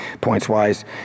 points-wise